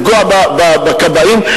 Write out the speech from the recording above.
לפגוע בכבאים,